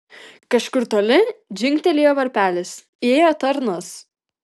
kažkur toli dzingtelėjo varpelis įėjo tarnas